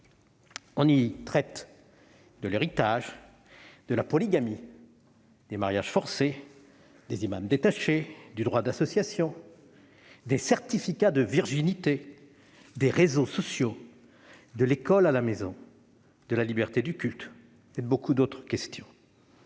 On y traite de l'héritage, de la polygamie, des mariages forcés, des imams détachés, du droit d'association, des certificats de virginité, des réseaux sociaux, de l'école à la maison, de la liberté du culte et de beaucoup d'autres questions.